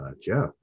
Jeff